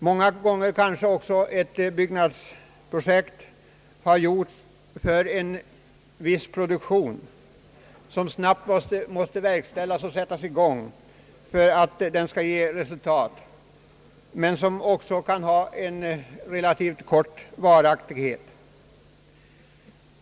Många gånger kanske också ett byggnadsföretag har genomförts för att sätta i gång ett produktionsprojekt, som snabbt måste verkställas för att det skall ge resultat, men som också kan ha relativt kort varaktighet.